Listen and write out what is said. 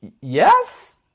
yes